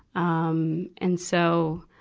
um and so,